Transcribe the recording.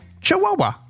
Chihuahua